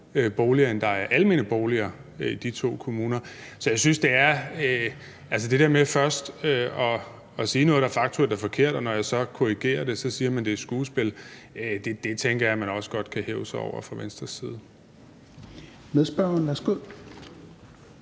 boliger, end der er almene boliger i de to kommuner. Så jeg tænker, at det der med først at sige noget, det faktuelt er forkert, og når jeg så korrigerer det, siger man, at det er skuespil, kan man godt hæve sig over fra Venstres side. Kl. 16:29 Tredje